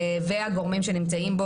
והגורמים שנמצאים בו,